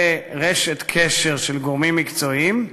לרשת קשר של גורמים מקצועיים,